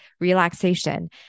relaxation